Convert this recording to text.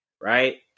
right